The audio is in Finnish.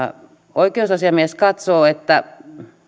oikeusasiamies katsoo että